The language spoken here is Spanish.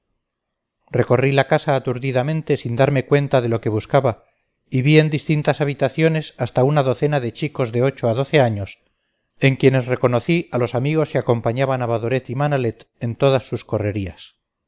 recorrí la casa aturdidamente sin darme cuenta de lo que buscaba y vi en distintas habitaciones hasta una docena de chicos de ocho a doce años en quienes reconocí a los amigos que acompañaban a badoret y manalet en todas sus correrías